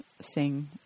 sing